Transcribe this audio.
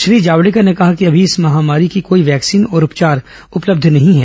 श्री जावडेकर ने कहा कि अभी इस महामारी की कोई वैकसीन और उपचार उपलब्ध नहीं है